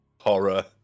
horror